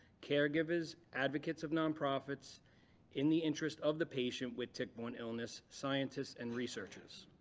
caregivers, advocates of non-profits in the interest of the patient with tick-borne illness, scientists, and researchers.